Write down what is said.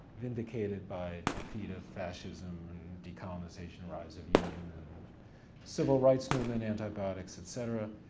vindicated by the feat of fascism and decolonization, rise of union and civil rights movement, antibiotics, et cetera.